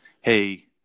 hey